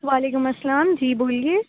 وعلیکم السّلام جی بولیے